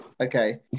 Okay